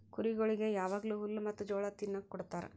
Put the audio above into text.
ಕುರಿಗೊಳಿಗ್ ಯಾವಾಗ್ಲೂ ಹುಲ್ಲ ಮತ್ತ್ ಜೋಳ ತಿನುಕ್ ಕೊಡ್ತಾರ